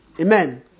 Amen